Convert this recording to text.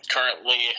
Currently